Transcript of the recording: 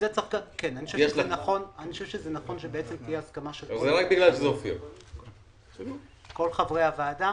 אני חושב שזה נכון שתהיה הסכמה של כל חברי הוועדה,